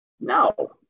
No